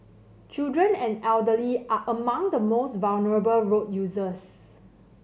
children and the elderly are among the most vulnerable road users